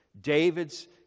David's